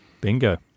Bingo